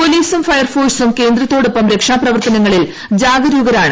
പൊലീസും ഫയർഫോഴ്സും കേന്ദ്രത്തോടൊപ്പം രക്ഷാപ്രവർത്തനങ്ങളിൽ ജാഗരൂകരാണ്